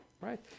right